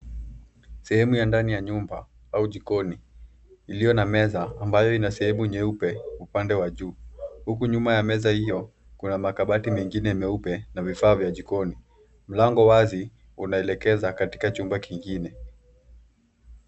Sehemu ya ndani ya nyumba au jikoni iliyo na meza ambayo ina sehemu nyeupe upande wa juu huku, nyuma ya meza hiyo kuna makabati mengine meupe na vifaa vya jikono mlango wazi unaelekeza katika chumba kingine.